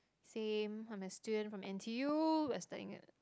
same I'm a student from N_T_U while studying a